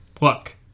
look